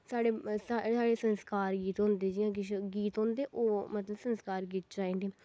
साढ़े संस्कार गीत होंदे जियां किश गीत होंदे ओह् संस्कार गीत च आई जंदे